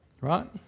right